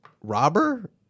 Robber